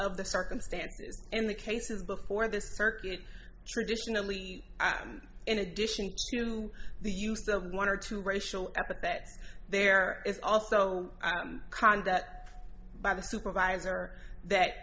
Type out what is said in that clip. of the circumstances in the cases before the circuit traditionally i'm in addition to the use of one or two racial epithets there is also conned that by the supervisor